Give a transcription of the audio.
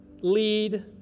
lead